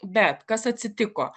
bet kas atsitiko